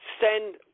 send